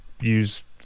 use